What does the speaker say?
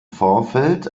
vorfeld